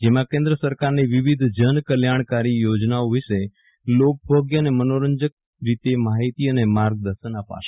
જેમાં કેન્દ્ર સરકારની વિવિધ જન કલ્યાણકારી યોજનાઓ વિશે લોકભોગ્ય અને મનોરંજક રીતે માહિતી અને માર્ગદર્શન અપાશે